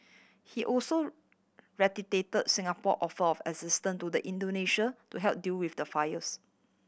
he also reiterate Singapore offer of assistance to the Indonesian to help deal with the fires